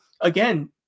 again